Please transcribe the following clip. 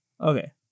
Okay